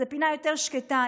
זו פינה יותר שקטה,